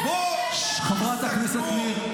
--- חברת הכנסת ניר,